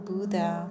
Buddha